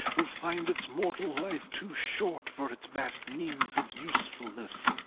will find its mortal life too short for its vast means of usefulness.